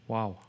Wow